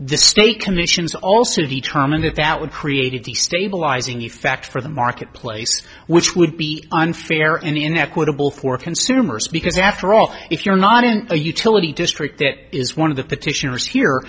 the state commissions also determined that that would create a destabilizing effect for the marketplace which would be unfair and inequitable for consumers because after all if you're not in a utility district that is one of the petitioners here